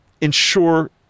ensure